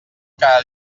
cada